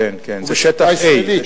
בשליטה ישראלית.